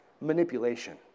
manipulation